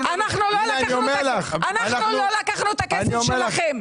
לא לקחנו את הכסף שלכם.